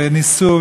וניסו,